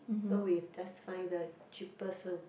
so we just find the cheapest one